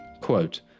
quote